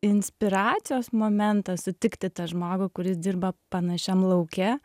inspiracijos momentas sutikti tą žmogų kuris dirba panašiam lauke